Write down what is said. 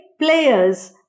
players